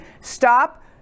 stop